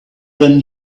than